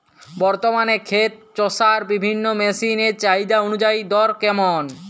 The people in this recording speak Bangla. বর্তমানে ক্ষেত চষার বিভিন্ন মেশিন এর চাহিদা অনুযায়ী দর কেমন?